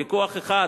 ויכוח אחד,